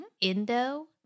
Indo